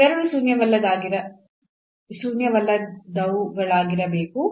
ಇವೆರಡೂ ಶೂನ್ಯವಲ್ಲದವುಗಳಾಗಿರಬೇಕು